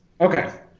Okay